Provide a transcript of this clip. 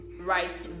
Right